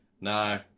No